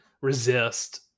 resist